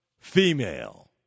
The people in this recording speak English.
Female